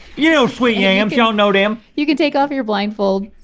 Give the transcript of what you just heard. you know, sweet yams, you don't know them! you can take off your blindfold.